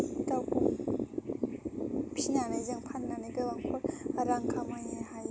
दावखौ फिसिनानै जों फाननानै गोबांफोर रां खामायनो हायो